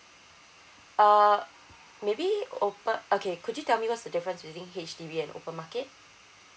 uh maybe ope~ okay could you tell me what's the difference between H_D_B and open market